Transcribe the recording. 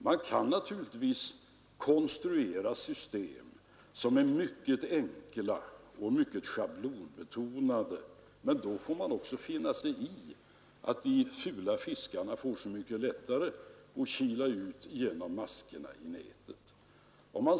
Man kan naturligtvis konstruera system som är mycket enkla och mycket schablonbetonade, men då måste man också finna sig i att de fula fiskarna får så mycket lättare att kila ut genom maskorna i nätet.